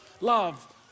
love